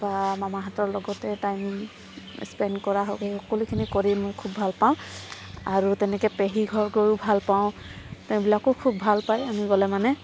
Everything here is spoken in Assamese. বা মামাহঁতৰ লগতে টাইম স্পেণ কৰা হওক সেই সকলোখিনি কৰি মই খুব ভাল পাওঁ আৰু তেনেকৈ পেহীঘৰ গৈয়ো খুব ভাল পাওঁ তেওঁবিলাকেও খুব ভাল পায় আমি গ'লে মানে